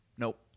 Nope